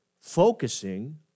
focusing